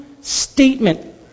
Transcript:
statement